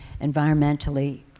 environmentally